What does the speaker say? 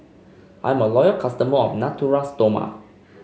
I'm a loyal customer of Natura Stoma